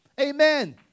Amen